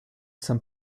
some